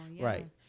Right